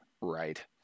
Right